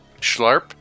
Schlarp